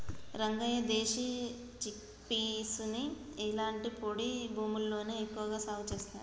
రంగయ్య దేశీ చిక్పీసుని ఇలాంటి పొడి భూముల్లోనే ఎక్కువగా సాగు చేస్తారు